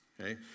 Okay